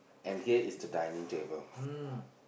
and here is the dining table